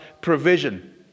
provision